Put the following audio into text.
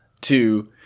Two